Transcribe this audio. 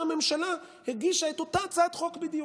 הממשלה הגישה את אותה הצעת חוק בדיוק.